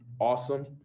awesome